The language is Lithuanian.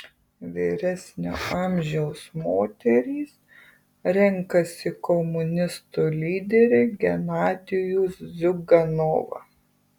vyresnio amžiaus moterys renkasi komunistų lyderį genadijų ziuganovą